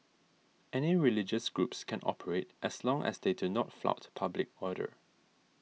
any religious groups can operate as long as they do not flout public order